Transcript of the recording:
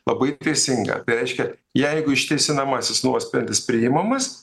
labai teisingą reiškia jeigu išteisinamasis nuosprendis priimamas